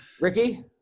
Ricky